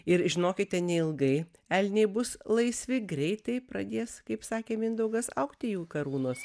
ir žinokite neilgai elniai bus laisvi greitai pradės kaip sakė mindaugas augti jų karūnos